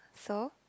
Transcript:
so